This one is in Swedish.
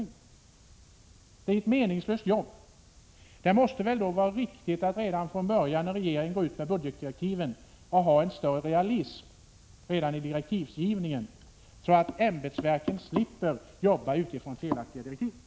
Det är ett meningslöst arbete. Det måste väl vara riktigt att redan från början, då regeringen ger budgetdirektiven, låta direktivgivningen omfattas av större realism, så att ämbetsverken slipper arbeta utifrån felaktiga direktiv.